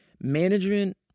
Management